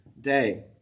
day